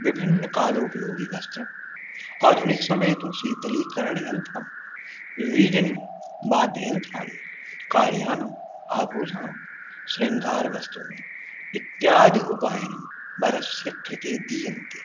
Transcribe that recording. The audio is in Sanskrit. विभिन्नकालोपयोगिवस्त्रम् आधुनिक समये तु शीतलीकरणयन्त्रं विवीजनिङ् वाद्ययन्त्राणि कार्याणां आभूषणं शृङ्गार वस्तूनि इत्यादि उपायनं वरस्य कृते दीयन्ते